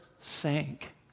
sank